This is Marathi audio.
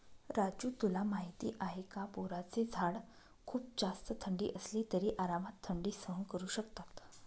राजू तुला माहिती आहे का? बोराचे झाड खूप जास्त थंडी असली तरी आरामात थंडी सहन करू शकतात